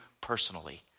personally